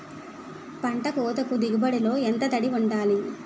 పంట కోతకు దిగుబడి లో ఎంత తడి వుండాలి?